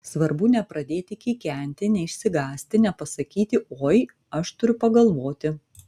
svarbu nepradėti kikenti neišsigąsti nepasakyti oi aš turiu pagalvoti